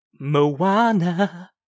Moana